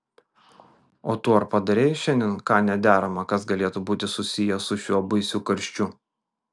o tu ar padarei šiandien ką nederama kas galėtų būti susiję su šiuo baisiu karščiu